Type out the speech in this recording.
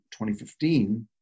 2015